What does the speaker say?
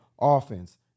offense